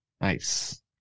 nice